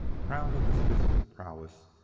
proud of his physical prowess,